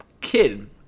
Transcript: kid